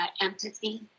empathy